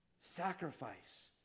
sacrifice